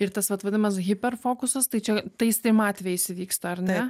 ir tas vat vadinamas hiperfokusas tai čia tais trim atvejais įvyksta ar ne